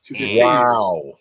Wow